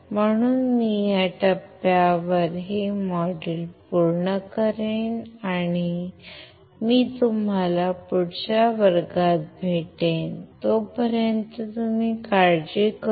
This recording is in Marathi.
म्हणून मी या टप्प्यावर हे मॉड्यूल पूर्ण करेन आणि मी तुम्हाला पुढच्या वर्गात भेटेन तोपर्यंत तुम्ही काळजी घ्या